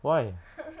why